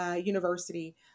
University